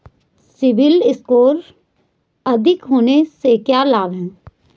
CIBIL score अधिक होने से क्या लाभ हैं?